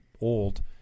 old